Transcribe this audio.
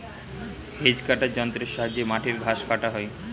hedge কাটার যন্ত্রের সাহায্যে মাটির ঘাস কাটা হয়